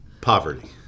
Poverty